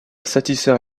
satisfaire